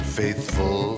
faithful